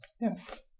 Yes